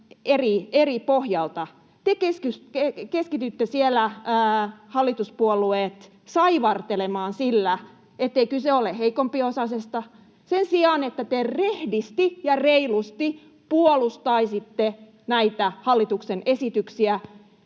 eri pohjalta. Te keskitytte siellä, hallituspuolueet, saivartelemaan sillä, ettei kyse ole heikompiosaisista, sen sijaan, että te rehdisti ja reilusti puolustaisitte näitä hallituksen esityksiä,